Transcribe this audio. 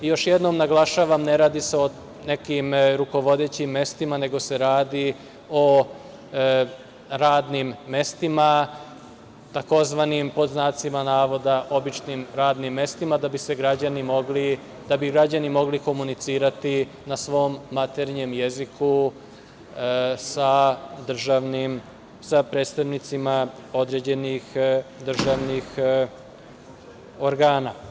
Još jednom naglašavam ne radi se o nekim rukovodećim mestima, nego se radi o radnim mestima, tzv. pod znacima navoda, običnim radnim mestima da bi građani mogli komunicirati na svom maternjem jeziku sa državnim, sa predstavnicima određenih državnih organa.